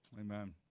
amen